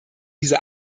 diese